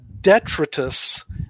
detritus